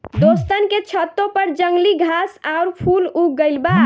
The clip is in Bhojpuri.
दोस्तन के छतों पर जंगली घास आउर फूल उग गइल बा